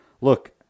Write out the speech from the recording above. Look